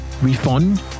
refund